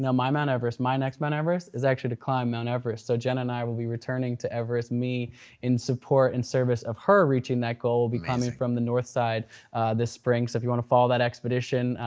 my mount everest, my next mount everest is actually to climb mount everest so jenna and i will be returning to everest, me in support and service of her reaching that goal. we'll be coming from the north side this spring. so if you want to follow that expedition,